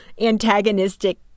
antagonistic